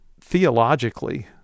theologically